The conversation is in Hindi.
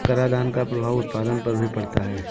करादान का प्रभाव उत्पादन पर भी पड़ता है